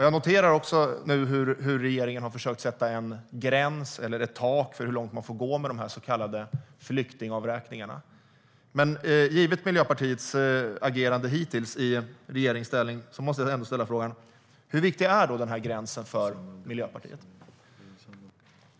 Jag noterar också hur regeringen nu har försökt sätta en gräns eller ett tak för hur långt man får gå med de så kallade flyktingavräkningarna. Givet Miljöpartiets agerande hittills i regeringsställning måste jag ändå ställa frågan: Hur viktig är denna gräns för Miljöpartiet?